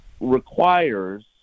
requires